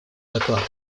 доклад